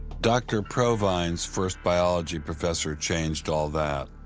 dr. provine's first biology professor changed all that.